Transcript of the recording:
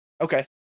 Okay